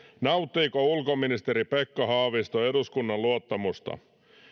nauttiiko ulkoministeri pekka haavisto eduskunnan luottamusta